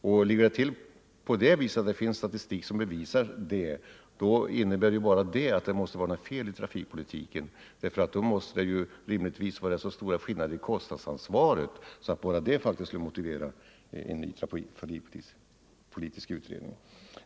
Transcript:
Om det finns statistik som bevisar det, då innebär detta att det måste vara något fel i trafikpolitiken därför att då måste det ju rimligtvis vara så stora skillnader i kostnadsansvaret att bara detta skulle motivera en ny trafikpolitisk utredning.